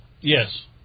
Yes